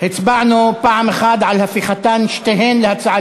הצבענו פעם אחת על הפיכתן, שתיהן, להצעות